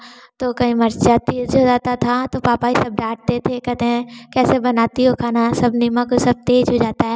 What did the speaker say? तो कहीं मिर्च तेज़ हो जाता था तो पापा ही सब डाँटते थे कहते हैं कैसे बनाती हो खाना सब नमक सब तेज़ हो जाता है